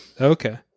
Okay